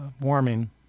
warming